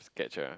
catch ah